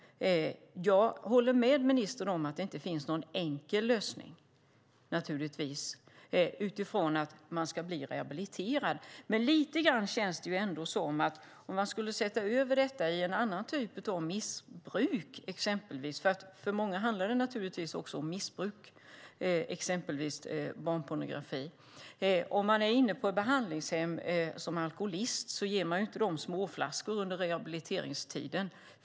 Jag håller med ministern om att det naturligtvis inte finns någon enkel lösning, utifrån att den intagne ska bli rehabiliterad. Lite grann känns det ändå som att vi skulle se annorlunda på problemet om det skulle vara av en annan typ, missbruk exempelvis. För många handlar det naturligtvis också om missbruk, till exempel barnpornografi. En alkoholist som är inne på behandlingshem ger man inte småflaskor under rehabiliteringstiden.